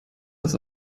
das